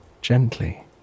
gently